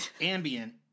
Ambient